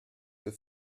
für